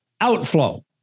Outflow